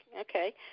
Okay